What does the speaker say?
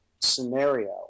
scenario